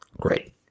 great